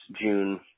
June